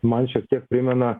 man šiek tiek primena